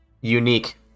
unique